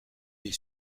les